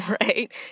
right